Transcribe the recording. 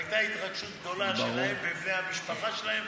והייתה התרגשות גדולה שלהם ושל בני המשפחה שלהם,